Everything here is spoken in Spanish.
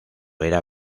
era